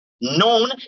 known